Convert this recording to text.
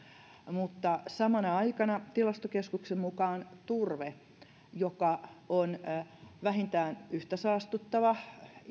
mutta samana aikana tilastokeskuksen mukaan turpeesta joka on vähintään yhtä saastuttava